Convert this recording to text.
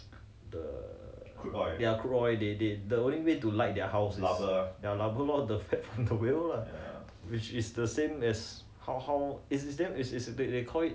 the ya crude oil they they they the the only way to light their house ya burn all the fats from the whales lah which is the same as how how is the same is they call it